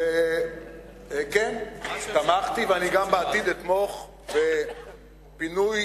וכן, תמכתי וגם בעתיד אתמוך בפינוי